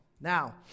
now